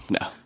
No